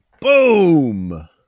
boom